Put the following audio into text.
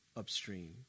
upstream